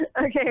Okay